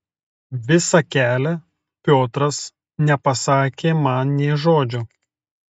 visą kelią piotras nepasakė man nė žodžio